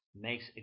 makes